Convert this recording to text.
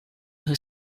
who